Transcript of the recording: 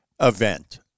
event